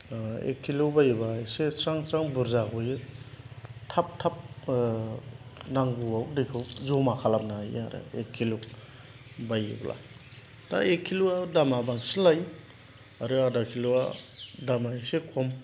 एक किल' बायोबा एसे स्रां स्रां बुर्जा गयो थाब थाब नांगौआव दैखौ जमा खालामनो हायो आरो एक किल' बायोब्ला दा एक किल'आव दामआ बांसिन लायो आरो आधा किल'आव दामआ एसे खम